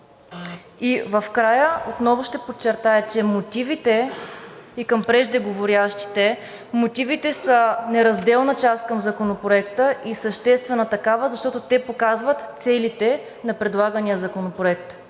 И в края отново ще подчертая и към преждеговорящите – мотивите са неразделна част към Законопроекта и съществена такава, защото те показват целите на предлагания законопроект.